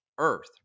earth